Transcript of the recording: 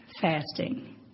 fasting